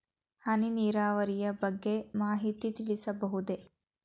ಹನಿ ನೀರಾವರಿಯ ಬಗ್ಗೆ ಮಾಹಿತಿ ತಿಳಿಸಬಹುದೇ?